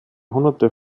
hunderte